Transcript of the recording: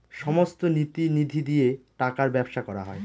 সমস্ত নীতি নিধি দিয়ে টাকার ব্যবসা করা হয়